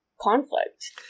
conflict